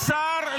שטרן,